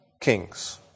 kings